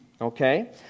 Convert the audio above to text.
okay